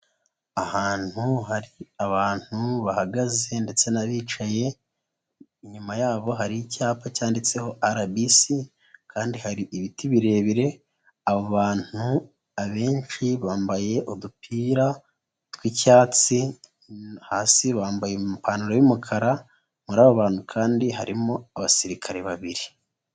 Ahantu hari abantu bahagaze ndetse n'abicaye, inyuma yabo hari icyapa cyanditseho RBC kandi hari ibiti birebire, aba bantu abenshi bambaye udupira tw'icyatsi, hasi bambaye ipantaro y'umukara muri abo bantu kandi harimo abasirikare babiri.